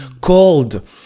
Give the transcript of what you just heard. called